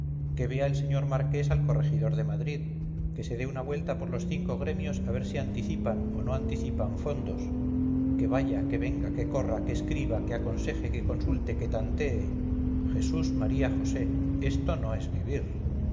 que vea el señor marqués al corregidor de madrid que se dé una vuelta por los cinco gremios a ver si anticipan o no anticipan fondos que vaya que venga que corra que escriba que aconseje que consulte que tantee jesús maría josé esto no es vivir